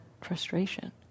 frustration